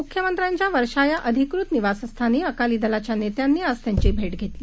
म्ख्यमंत्र्यांच्यावर्षायाअधिकृतनिवासस्थानीअकालीदलाच्यानेत्यांनीआजत्यांचीभेटघेतली